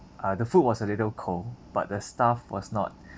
uh the food was a little cold but the staff was not